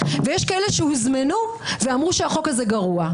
ויש כאלה שהוזמנו ואמרו שהחוק הזה גרוע.